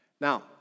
Now